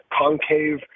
concave